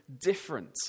different